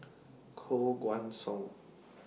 Koh Guan Song